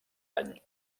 any